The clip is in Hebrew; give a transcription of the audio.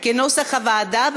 כנוסח הוועדה,